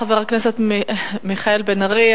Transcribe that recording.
הדובר הבא, חבר הכנסת מיכאל בן-ארי.